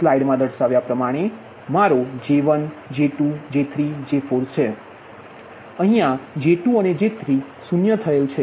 હવે સ્લાઇડ મા દર્શાવ્યા પ્રમાણે આ મારો J1 આ J2આ J3અને આJ4છે અહીયા J2 અને J3 શૂન્ય થયેલ છે